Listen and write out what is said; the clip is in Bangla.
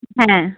হ্যাঁ